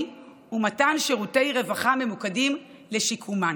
ומתן שירותי רווחה הממוקדים לשיקומן.